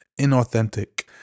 inauthentic